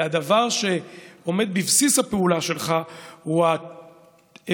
הדבר שעומד בבסיס הפעולה שלך הוא האמונה